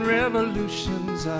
revolutions